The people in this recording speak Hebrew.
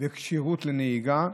וכשירות לנהיגה,